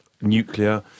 nuclear